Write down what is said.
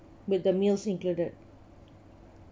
with the meals included